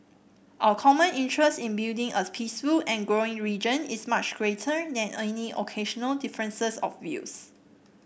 our common interest in building a peaceful and growing region is much greater than any occasional differences of views